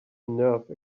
nerve